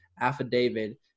affidavit